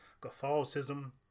Catholicism